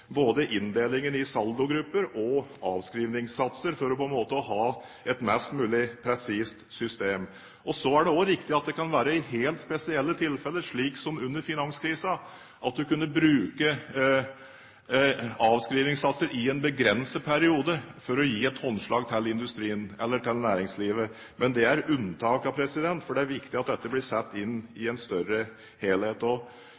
både inndelingen i saldogrupper og avskrivningssatser for å ha et mest mulig presist system. Det er også riktig at man i helt spesielle tilfeller, slik som under finanskrisen, kunne bruke avskrivningssatser i en begrenset periode for å gi et håndslag til industrien eller til næringslivet. Men det er unntakene, for det er viktig at dette blir satt inn